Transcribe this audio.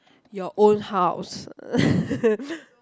your own house